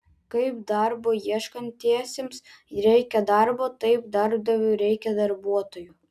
kaip darbo ieškantiesiems reikia darbo taip darbdaviui reikia darbuotojų